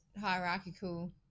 hierarchical